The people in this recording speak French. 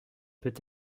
peut